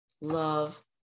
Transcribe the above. love